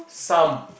some